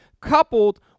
coupled